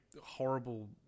horrible